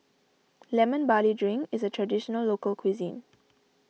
Lemon Barley Drink is a Traditional Local Cuisine